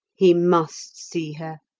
he must see her,